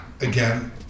Again